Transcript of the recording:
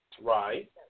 Right